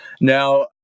Now